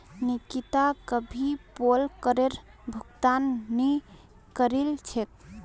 निकिता कभी पोल करेर भुगतान नइ करील छेक